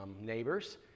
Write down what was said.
neighbors